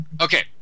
Okay